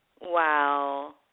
Wow